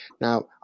Now